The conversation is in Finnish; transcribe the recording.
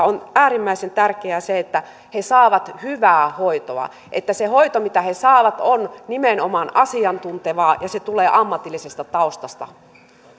on äärimmäisen tärkeää se että he saavat hyvää hoitoa ja että se hoito mitä he saavat on nimenomaan asiantuntevaa ja se tulee ammatillisesta taustasta